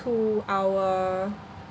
to our